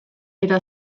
eta